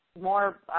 more